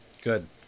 good